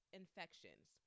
infections